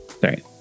Sorry